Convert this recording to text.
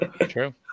True